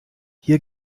hier